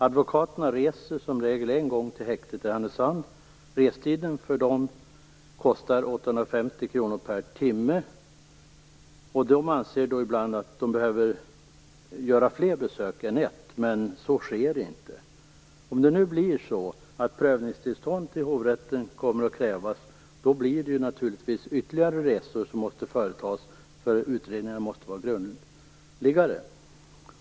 Advokaterna reser som regel en gång till häktet i Härnösand. Resekostnaderna för dem uppgår till 850 kr per timme. Ibland anser de att de behöver göra fler än ett besök, men så sker inte. Om det nu blir så att det kommer att krävas prövningstillstånd till hovrätten måste naturligtvis ytterligare resor företas, eftersom utredningarna måste vara grundligare.